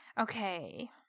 Okay